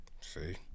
See